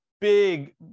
big